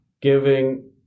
giving